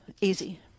Easy